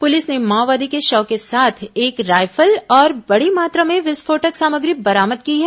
police ने माओवादी के शव के साथ एक रायफल और बड़ी मात्रा में विस्फोटक सामग्री बरामद की है